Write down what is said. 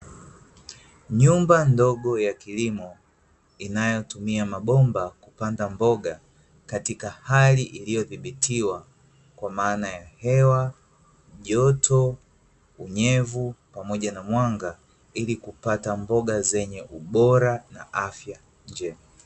Nyumba ndogo ya kilimo inayotumia mabomba kupanda mboga katika hali iliyodhibitiwa kwa maana ya: hewa, joto, unyevu pamoja na mwanga, ili kupata mboga zenye ubora na afya njema.